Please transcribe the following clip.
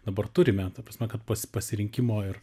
dabar turime ta prasme kad pas pasirinkimo ir